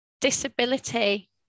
disability